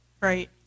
Right